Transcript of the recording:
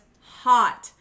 hot